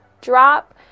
drop